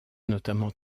notamment